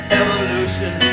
evolution